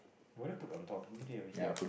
would you put on top here